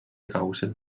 kaugusel